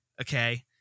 Okay